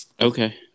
Okay